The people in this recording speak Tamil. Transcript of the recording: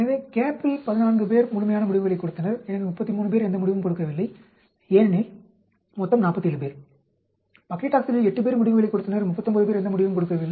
எனவே CAP ல் 14 பேர் முழுமையான முடிவுகளைக் கொடுத்தனர் எனவே 33 பேர் எந்த முடிவும் கொடுக்கவில்லை ஏனெனில் மொத்தம் 47 பேர் பக்லிடாக்செல்லில் 8 பேர் முடிவுகளைக் கொடுத்தனர் 39 பேர் எந்த முடிவையும் கொடுக்கவில்லை